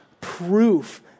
proof